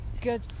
good